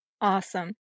awesome